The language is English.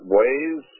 ways